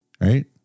Right